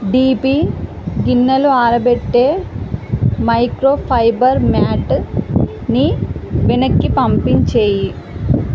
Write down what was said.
DP గిన్నెలు ఆరబెట్టే microfibre మ్యాట్ని వెనక్కి పంపించేయి